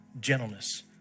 gentleness